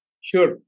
Sure